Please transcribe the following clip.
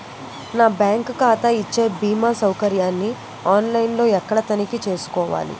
నా బ్యాంకు ఖాతా ఇచ్చే భీమా సౌకర్యాన్ని ఆన్ లైన్ లో ఎక్కడ తనిఖీ చేసుకోవాలి?